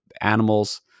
animals